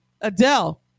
Adele